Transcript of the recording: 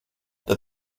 that